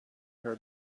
her